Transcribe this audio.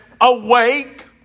awake